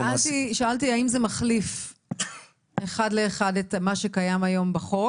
שאלתי אם זה מחליף אחד לאחד את מה שקיים היום בחוק.